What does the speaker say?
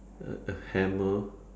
a a hammer